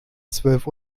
zwölf